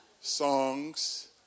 songs